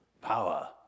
Power